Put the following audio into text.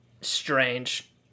strange